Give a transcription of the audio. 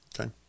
Okay